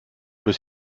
bist